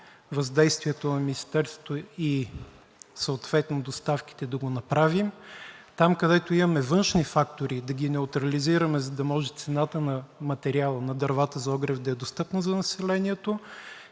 въздействието на Министерството и съответно доставките, да го направим, а там, където имаме външни фактори, да ги неутрализираме, за да може цената на материала, на дървата за огрев да е достъпна за населението,